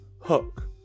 Hook